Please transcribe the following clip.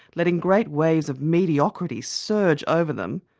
letting great waves of mediocrity surge over them,